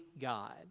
God